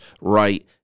right